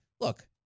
look